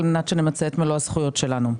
על מנת שנמצה את מלוא הזכויות שלנו.